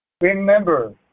Remember